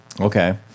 Okay